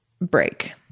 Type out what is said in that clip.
break